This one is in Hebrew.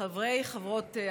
חברי וחברות הכנסת,